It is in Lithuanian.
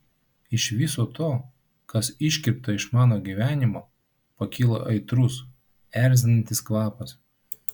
iš viso to kas iškirpta iš mano gyvenimo pakyla aitrus erzinantis kvapas